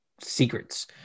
secrets